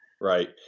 right